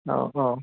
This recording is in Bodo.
औ औ